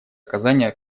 оказание